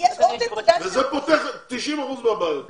זה פותר 90 אחוזים מהבעיות.